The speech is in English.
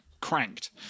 cranked